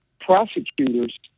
prosecutors